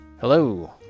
Hello